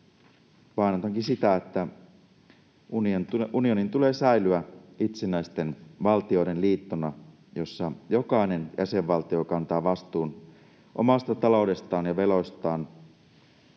Painotankin sitä, että unionin tulee säilyä itsenäisten valtioiden liittona, jossa jokainen jäsenvaltio kantaa vastuun omasta taloudestaan ja veloistaan.